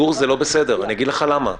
גור, זה לא בסדר, אני אסביר לך למה.